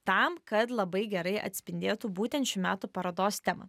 tam kad labai gerai atspindėtų būtent šių metų parodos temą